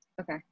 Okay